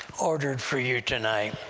ordered for you tonight.